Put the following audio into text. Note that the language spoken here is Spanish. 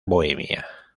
bohemia